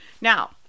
Now